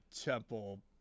temple